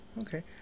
Okay